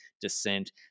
descent